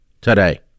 today